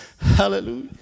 Hallelujah